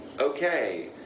okay